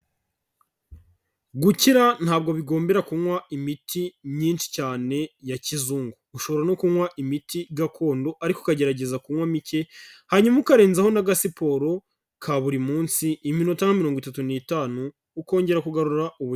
Gukira ntabwo bigomberara kunywa imiti myinshi cyane ya kizungu, ushobora no kunywa imiti gakondo ariko ukagerageza kunywa mike, hanyuma ukarenzaho n'agasiporo ka buri munsi iminota nka mirongo itatu n'itanu, ukongera kugarura ubu.